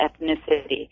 ethnicity